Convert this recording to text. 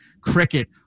cricket